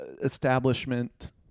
establishment